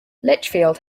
litchfield